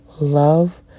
love